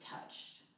touched